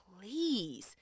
please